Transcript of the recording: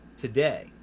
today